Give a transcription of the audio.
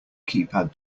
keypad